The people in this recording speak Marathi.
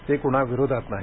ते कुणा विरोधात नाही